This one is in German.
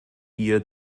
ihr